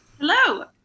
Hello